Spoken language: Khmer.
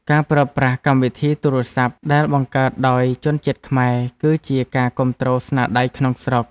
ការប្រើប្រាស់កម្មវិធីទូរស័ព្ទដែលបង្កើតដោយជនជាតិខ្មែរ គឺជាការគាំទ្រស្នាដៃក្នុងស្រុក។